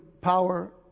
power